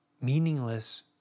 meaningless